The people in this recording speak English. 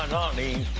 on me